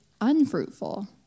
unfruitful